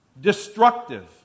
destructive